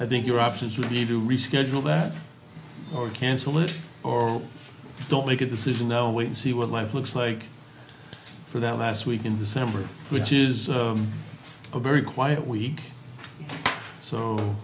i think your options you need to reschedule that or cancel it or don't make a decision oh wait and see what life looks like for that last week in december which is a very quiet week so